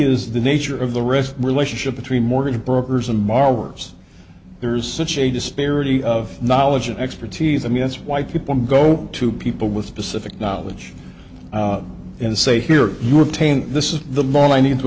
is the nature of the risk relationship between mortgage brokers and mars there's such a disparity of knowledge and expertise i mean that's why people go to people with specific knowledge and say here you retain this is the law i need to